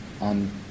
on